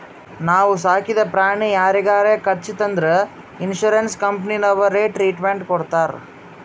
ನಾವು ಸಾಕಿದ ಪ್ರಾಣಿ ಯಾರಿಗಾರೆ ಕಚ್ಚುತ್ ಅಂದುರ್ ಇನ್ಸೂರೆನ್ಸ್ ಕಂಪನಿನವ್ರೆ ಟ್ರೀಟ್ಮೆಂಟ್ ಕೊಡ್ತಾರ್